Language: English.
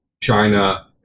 China